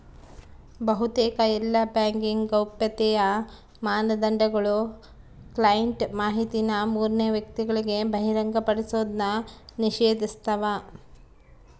ಬಹುತೇಕ ಎಲ್ಲಾ ಬ್ಯಾಂಕಿಂಗ್ ಗೌಪ್ಯತೆಯ ಮಾನದಂಡಗುಳು ಕ್ಲೈಂಟ್ ಮಾಹಿತಿನ ಮೂರನೇ ವ್ಯಕ್ತಿಗುಳಿಗೆ ಬಹಿರಂಗಪಡಿಸೋದ್ನ ನಿಷೇಧಿಸ್ತವ